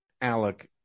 Alec